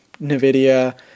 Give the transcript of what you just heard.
NVIDIA